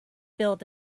built